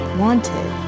wanted